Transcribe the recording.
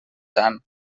tant